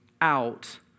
out